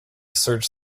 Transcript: search